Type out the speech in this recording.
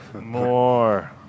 more